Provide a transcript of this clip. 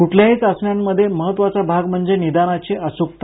कुठल्याही चाचण्यांमध्ये महत्वाचा भाग म्हणजे निदानातली अचूकता